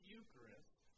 Eucharist